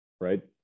right